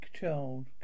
child